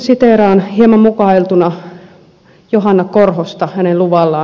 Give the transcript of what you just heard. siteeraan hieman mukailtuna johanna korhosta hänen luvallaan